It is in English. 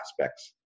aspects